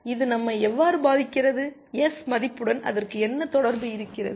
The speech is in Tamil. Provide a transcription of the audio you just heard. இது நம்மை எவ்வாறு பாதிக்கிறது எஸ் மதிப்புடன் அதற்கு என்ன தொடர்பு இருக்கிறது